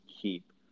keep